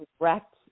direct